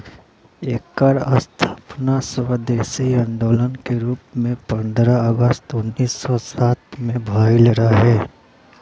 एकर स्थापना स्वदेशी आन्दोलन के रूप में पन्द्रह अगस्त उन्नीस सौ सात में भइल रहे